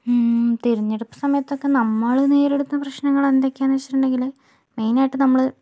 തിരഞ്ഞെടുപ്പ് സമയത്തൊക്കെ നമ്മൾ നേരിടുന്ന പ്രശ്നങ്ങൾ എന്തൊക്കെയാണ് എന്ന് വെച്ചിട്ടുണ്ടെങ്കിൽ മെയിൻ ആയിട്ട് നമ്മള്